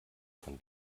von